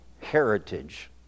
heritage